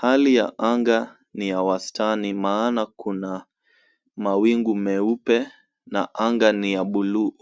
Hali ya anga ni ya wastani maana kuna mawingu meupe na anga ni ya bluu.